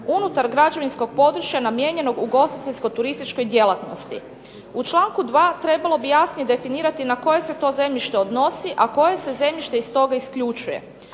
unutar građevinskog područja namijenjenog ugostiteljsko-turističkoj djelatnosti. U čl. 2. trebalo bi jasnije definirati na koje se to zemljište odnosi, a koje se zemljište iz toga isključuje.